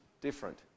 different